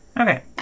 Okay